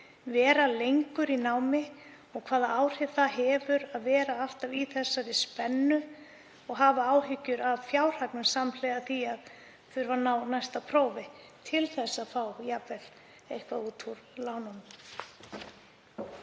vera lengur í námi og hvaða áhrif það hefur að vera alltaf í þessari spennu og hafa áhyggjur af fjárhagnum samhliða því þurfa að ná næsta prófi til að fá eitthvað út úr lánunum.